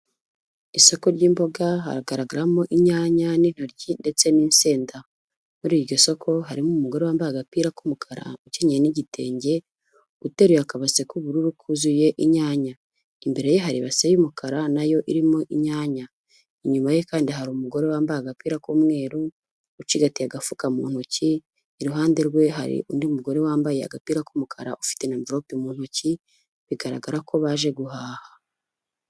Isoko ry'imboga hagaragaramo inyanya, n'intoryi ndetse n'insenda. Muri iryo soko harimo umugore wambaye agapira k'umukara ukinyeye n'igitenge, uteruye akabase k'ubururu kuzuye inyanya, imbere ye hari ibase y'umukara na yo irimo inyanya, inyuma ye kandi hari umugore wambaye agapira k'umweru, ucigatiye agafuka mu ntoki, iruhande rwe hari undi mugore wambaye agapira k'umukara ufite imvirope mu ntoki, bigaragara ko baje guhaha.